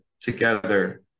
together